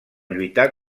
lluitar